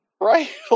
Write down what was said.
right